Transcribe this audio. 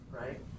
right